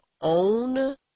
own